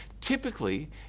Typically